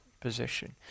position